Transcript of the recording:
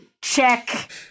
Check